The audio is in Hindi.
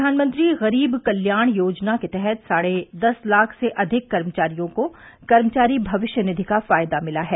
प्रधानमंत्री गरीब कल्याण योजना के तहत साढ़े दस लाख से अधिक कर्मचारियों को कर्मचारी भविष्य निधि का फायदा मिला है